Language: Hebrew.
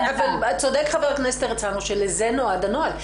צודק חבר הכנסת הרצנו, שלזה נועד הנוהל.